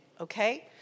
okay